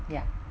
ya